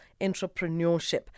entrepreneurship